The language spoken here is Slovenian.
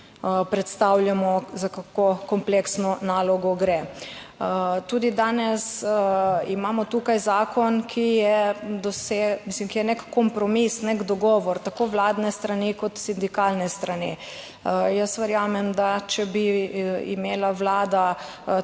predstavljamo za kako kompleksno nalogo gre. Tudi danes imamo tukaj zakon, ki je nek kompromis, nek dogovor, tako vladne strani kot sindikalne strani. Jaz verjamem, da če bi imela Vlada